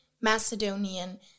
Macedonian